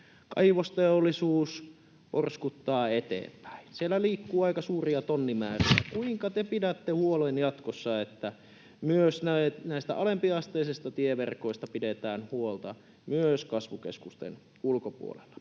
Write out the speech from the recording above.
kaivosteollisuus porskuttaa eteenpäin — siellä liikkuu aika suuria tonnimääriä. Kuinka te pidätte huolen jatkossa, että myös alempiasteisista tieverkoista pidetään huolta myös kasvukeskusten ulkopuolella?